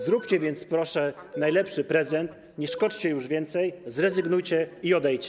Zróbcie więc, proszę, najlepszy prezent: nie szkodźcie już więcej, zrezygnujcie i odejdźcie.